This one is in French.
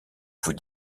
vous